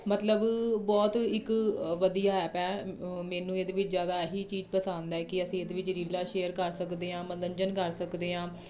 ਮਤਲਬ ਬਹੁਤ ਇੱਕ ਵਧੀਆ ਐਪ ਹੈ ਮੈਨੂੰ ਇਹਦੇ ਵਿੱਚ ਜ਼ਿਆਦਾ ਇਹੀ ਚੀਜ਼ ਪਸੰਦ ਹੈ ਕਿ ਅਸੀਂ ਇਹਦੇ ਵਿੱਚ ਰੀਲਾਂ ਸ਼ੇਅਰ ਕਰ ਸਕਦੇ ਹਾਂ ਮੰਨੋਰੰਜਨ ਕਰ ਸਕਦੇ ਹਾਂ